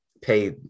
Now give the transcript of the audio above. pay